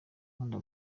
nkunda